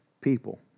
people